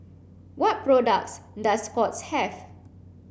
what products does Scott's have